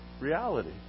reality